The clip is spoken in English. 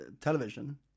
television